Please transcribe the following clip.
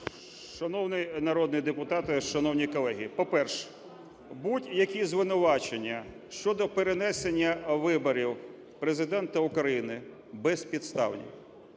Шановний народний депутате, шановні колеги, по-перше, будь-які звинувачення щодо перенесення виборів Президента України безпідставні.